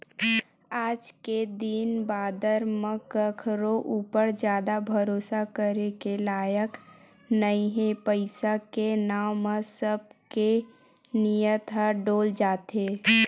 आज के दिन बादर म कखरो ऊपर जादा भरोसा करे के लायक नइ हे पइसा के नांव म सब के नियत ह डोल जाथे